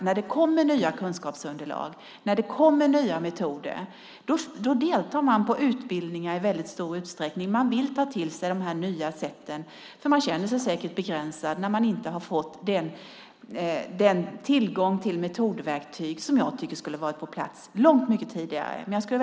När det kommer nya kunskapsunderlag, när det kommer nya metoder deltar man på utbildningar i väldigt stor utsträckning. Man vill ta till sig de nya sätten. Man känner sig säkert begränsad när man inte har haft den tillgång till metodverktyg som jag tycker skulle ha varit på plats långt mycket tidigare.